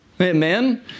Amen